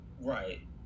right